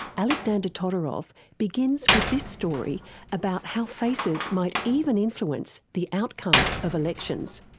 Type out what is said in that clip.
alexander todorov begins with this story about how faces might even influence the outcome of elections.